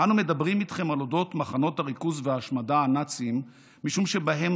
"אנו מדברים איתכם על אודות מחנות הריכוז וההשמדה הנאציים משום שבהם